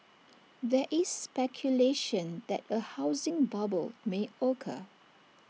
there is speculation that A housing bubble may occur